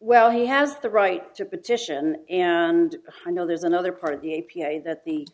well he has the right to petition and high know there's another part of the a p a that the